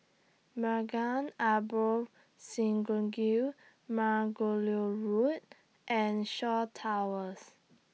Maghain Aboth Synagogue Margoliouth Road and Shaw Towers